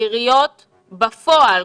העיריות בפועל,